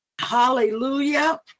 hallelujah